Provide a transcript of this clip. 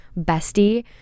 bestie